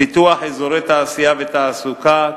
פיתוח אזורי תעשייה ותעסוקה,